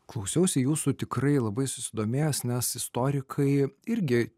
klausiausi jūsų tikrai labai susidomėjęs nes istorikai irgi